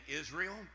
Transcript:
Israel